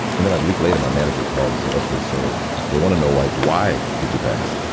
and then a week later, my manager called and said, ok, so they want to know, like, why did you pass?